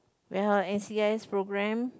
we have n_c_s program